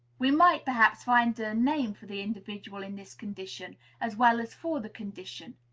we might, perhaps, find a name for the individual in this condition as well as for the condition.